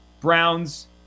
Browns